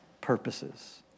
purposes